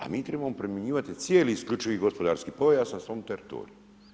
A mi trebamo primjenjivati cijeli isključivi gospodarski pojas na svom teritoriju.